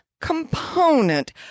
component